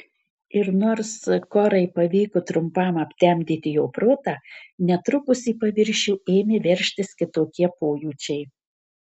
ir nors korai pavyko trumpam aptemdyti jo protą netrukus į paviršių ėmė veržtis kitokie pojūčiai